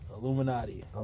Illuminati